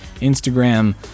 Instagram